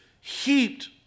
heaped